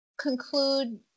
conclude